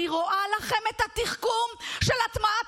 אני רואה לכם את התחכום של הטמעת